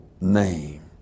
name